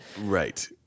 Right